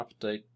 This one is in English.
update